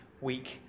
week